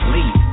Leave